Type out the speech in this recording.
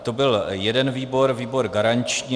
To byl jeden výbor, výbor garanční.